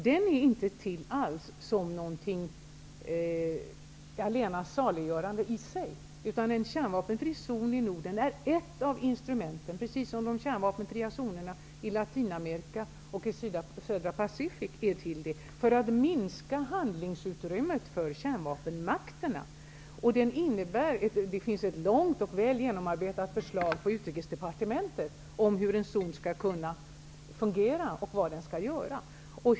Den är inte alls allena saliggörande i sig, utan en kärnvapen fri zon i Norden är ett av instrumenten -- precis som de kärnvapenfria zonerna i Latinamerika och i Södra Pacific -- för att minska handlingsutrymmet för kärnvapenmakterna. Det finns i Utrikesdepartementet ett långt och väl genomarbetat förslag om hur en zon skall fungera.